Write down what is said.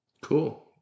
Cool